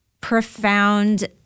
profound